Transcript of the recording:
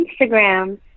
Instagram